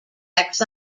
effects